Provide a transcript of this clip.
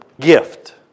gift